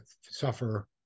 suffer